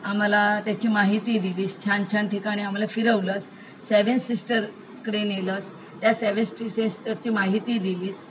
आम्हाला त्याची माहिती दिलीस छान छान ठिकाणी आम्हाला फिरवलंस सेव्हन सिस्टरकडे नेलंस त्या सेवन स्टी सि सिस्टरची माहिती दिलीस